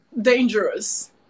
dangerous